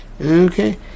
Okay